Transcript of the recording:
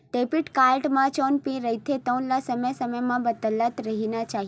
debit card म जउन PIN रहिथे तउन ल समे समे म बदलत रहिना चाही